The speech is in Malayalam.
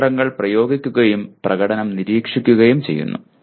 തന്ത്രങ്ങൾ പ്രയോഗിക്കുകയും പ്രകടനം നിരീക്ഷിക്കുകയും ചെയ്യുന്നു